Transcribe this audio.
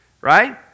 Right